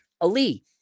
Ali